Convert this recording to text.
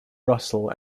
russell